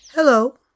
Hello